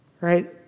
right